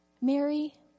Mary